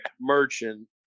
Merchant